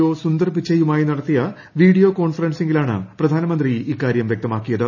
O സുന്ദർപിച്ചൈയുമായി നടത്തിയ video കോൺഫറൻസിംഗിലാണ് പ്രധാനമന്ത്രി ഇക്കാര്യം വൃക്തമാക്കിയത്